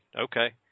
Okay